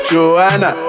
Joanna